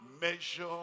measure